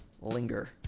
linger